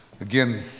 again